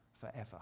forever